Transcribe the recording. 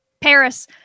Paris